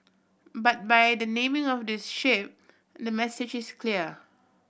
but by the naming of this ship the message is clear